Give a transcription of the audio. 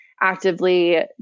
actively